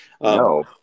no